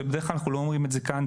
שבדרך כלל אנחנו לא אומרים את זה כאן,